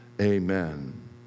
Amen